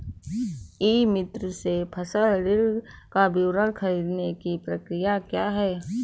ई मित्र से फसल ऋण का विवरण ख़रीदने की प्रक्रिया क्या है?